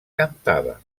cantava